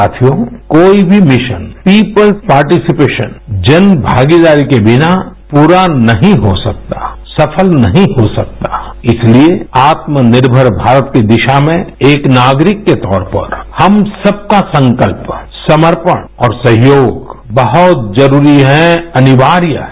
साथियो कोई भी मिशन पीपुल्स पार्टिसिपेशन जनभागीदारी के बिना पूरा नहीं हो सकता सफल नहीं हो सकता इसीलिए आत्मनिर्मर भारत की दिशा में एक नागरिक के तौर पर हम सबका संकल्प समर्पण और सहयोग बहुत जरूरी है अनिवार्य है